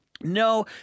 No